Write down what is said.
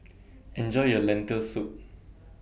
Enjoy your Lentil Soup